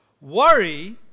Worry